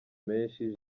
menshi